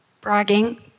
bragging